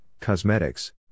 cosmetics